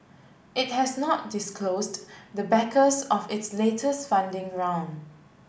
it has not disclosed the backers of its latest funding round